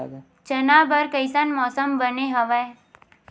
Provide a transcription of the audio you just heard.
चना बर कइसन मौसम बने हवय?